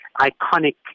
iconic